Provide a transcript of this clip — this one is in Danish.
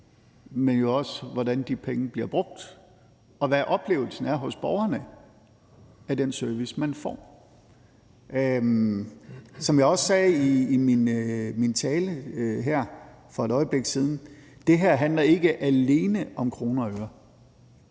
ser på, hvordan de penge bliver brugt, og ser på, hvad oplevelsen er hos borgerne af den service, de får. Som jeg også sagde i min tale her for et øjeblik siden: Det her handler ikke alene om kroner og øre.